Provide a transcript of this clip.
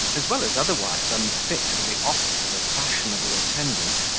as well as otherwise unfit for the office of a fashionable attendant,